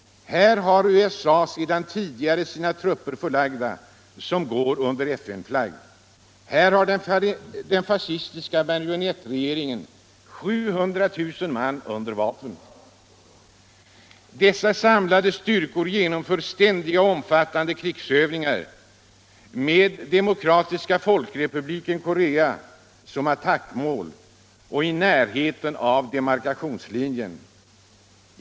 Här har USA redan tidigare sina trupper förlagda som går under FN-flagg. Här har den fascistiska marionettregeringen 700 000 man under vapen. Dessa samlade styrkor genomför ständiga och omfattande krigsövningar med Demokratiska folkrepubliken Korea som attackmål och i närheten av demarkationslinjen.